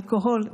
אלכוהול,